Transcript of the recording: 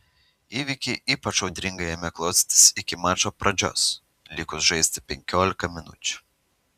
įvykiai ypač audringai ėmė klostytis iki mačo pradžios likus žaisti penkiolika minučių